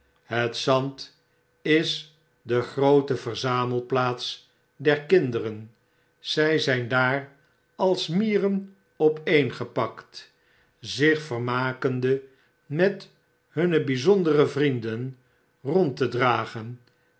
het zand is de groote verzamelplaats der kinderen zy zyn daar als mieren opeengepakt zich vermakende met hunne bijzondere vrienden rond te dragen